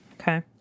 Okay